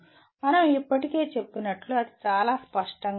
మనం ఇప్పటికే చెప్పినట్లు అది చాలా స్పష్టంగా ఉంది